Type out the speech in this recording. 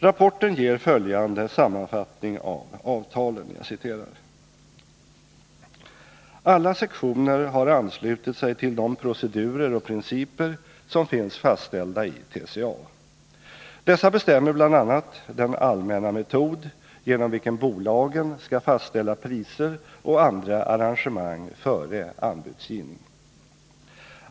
Rapporten ger följande sammanfattning av avtalen: ”Alla sektioner har anslutit sig till de procedurer och principer som finns fastställda i TCA. Dessa bestämmer bl.a. den allmänna metod genom vilken bolagen skall fastställa priser och andra arrangemang före anbudsgivning.